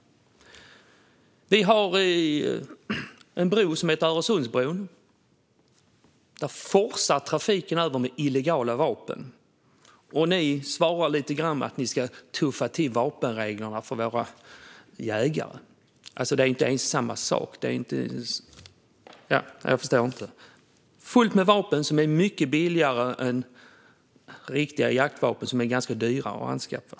Vi har en bro som heter Öresundsbron, och där forsar trafiken över med illegala vapen. Ni svarar med att ni ska tuffa till vapenreglerna för våra jägare. Det är inte ens samma sak! Jag förstår det inte. Det finns fullt med vapen som är mycket billigare än riktiga jaktvapen, som är ganska dyra att anskaffa.